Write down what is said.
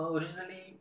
Originally